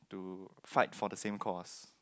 to fight for the same course